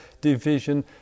division